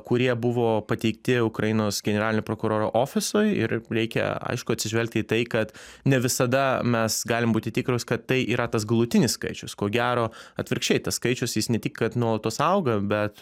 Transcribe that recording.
kurie buvo pateikti ukrainos generalinio prokuroro ofisui ir reikia aišku atsižvelgti į tai kad ne visada mes galim būti tikrus kad tai yra tas galutinis skaičius ko gero atvirkščiai tas skaičius jis ne tik kad nuolatos auga bet